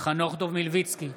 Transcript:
חנוך דב מלביצקי,